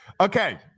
okay